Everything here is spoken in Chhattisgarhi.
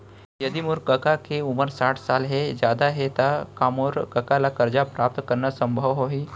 यदि मोर कका के उमर साठ साल ले जादा हे त का मोर कका ला कर्जा प्राप्त करना संभव होही